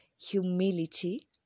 humility